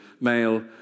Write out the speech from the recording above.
male